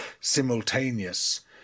simultaneous